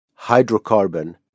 hydrocarbon